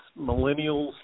millennials